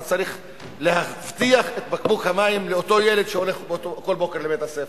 אתה צריך להבטיח את בקבוק המים לאותו ילד שהולך כל בוקר לבית-הספר.